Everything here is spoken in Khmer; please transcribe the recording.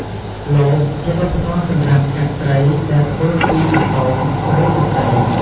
លប ជាឧបករណ៍សម្រាប់ចាប់ត្រីដែលធ្វើពីកន្ទោង ឬឫស្សី។